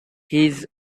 his